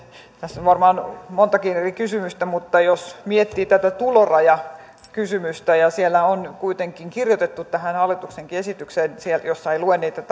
on varmaan montakin eri kysymystä mutta jos miettii tätä tulorajakysymystä siitä on kuitenkin kirjoitettu tähän hallituksen esitykseenkin jossa ei lue niitä